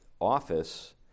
office